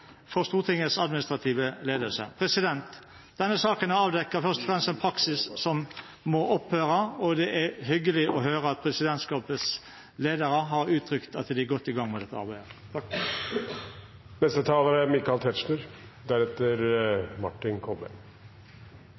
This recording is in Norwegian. for Stortingets administrative ledelse. Denne saken avdekker først og fremst en praksis som straks må opphøre, og det er hyggelig å høre at presidentskapets leder har uttrykt at de er godt i gang med dette arbeidet. For det første vil jeg si jeg er